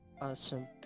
Awesome